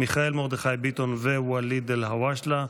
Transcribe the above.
מיכאל מרדכי ביטון וואליד אלהואשלה.